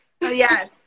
Yes